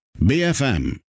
BFM